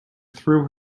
threw